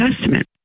Testament